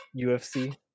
UFC